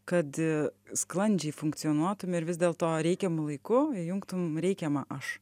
kad sklandžiai funkcionuotum ir vis dėl to reikiamu laiku įjungtum reikiamą aš